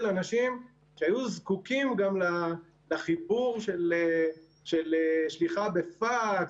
אנשים שהיו זקוקים גם לחיבור של שליחה בפקס,